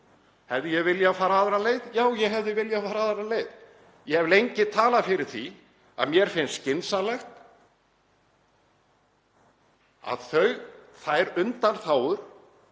Hefði ég viljað fara aðra leið? Já, ég hefði viljað fara aðra leið. Ég hef lengi talað fyrir því að mér finnst skynsamlegt að þær undanþágur